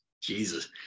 Jesus